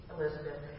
Elizabeth